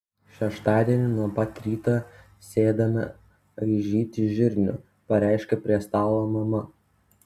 šeštadienį nuo pat ryto sėdame aižyti žirnių pareiškė prie stalo mama